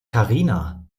karina